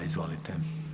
Izvolite.